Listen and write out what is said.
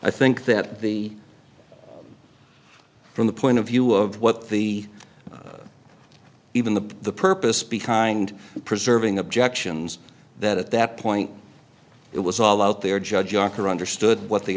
i think that the from the point of view of what the even the the purpose behind preserving objections that at that point it was all out there judge ocker understood what the